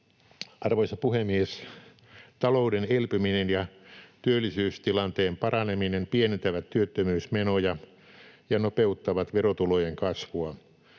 Arvoisa puhemies! Talouden elpyminen ja työllisyystilanteen paraneminen pienentävät työttömyysmenoja ja nopeuttavat verotulojen kasvua.